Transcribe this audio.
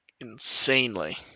insanely